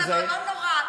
אמרת לו: לא נורא,